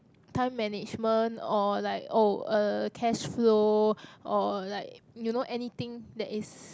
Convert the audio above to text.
time management or like oh uh cash flow or like you know anything that is